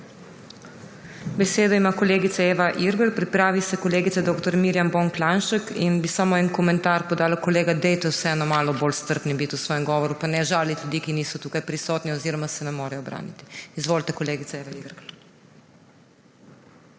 Besedo ima kolegica Eva Irgl, pripravi se kolegica dr. Mirjam Bon Klanjšček. Samo en komentar bi podala. Kolega, dajte vseeno biti malo bolj strpni v svojem govoru pa ne žaliti ljudi, ki niso tukaj prisotni oziroma se ne morejo braniti. Izvolite, kolegica Eva Irgl.